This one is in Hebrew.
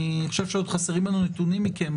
אני חושב שעוד חסרים לנו נתונים מכם,